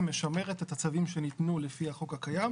משמרת את הצווים שניתנו לפי החוק הקיים.